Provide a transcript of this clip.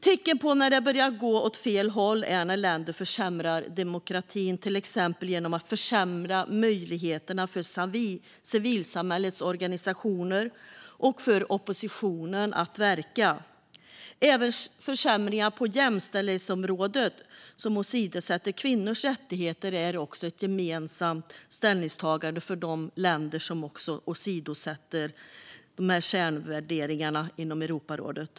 Tecken på när det börjar gå åt fel håll är när länder försämrar demokratin, till exempel genom att försämra möjligheterna för civilsamhällets organisationer och oppositionen att verka. Även försämringar på jämställdhetsområdet och att kvinnors rättigheter åsidosätts är gemensamt för de länder som åsidosätter kärnvärderingarna i Europarådet.